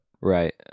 Right